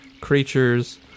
Creatures